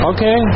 Okay